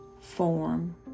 form